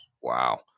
wow